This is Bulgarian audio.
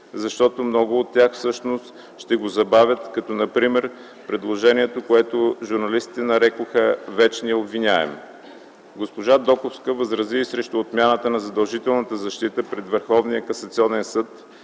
защото много то тях всъщност ще го забавят, като например предложението, което журналистите нарекоха „вечния обвиняем”. Госпожа Доковска възрази и срещу отмяната на задължителната защита пред Върховния касационен съд,